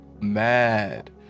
mad